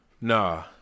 nah